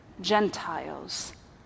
Gentiles